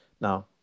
Now